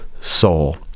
soul